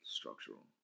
structural